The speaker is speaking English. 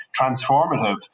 transformative